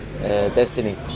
destiny